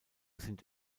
sind